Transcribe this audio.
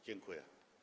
Dziękuję.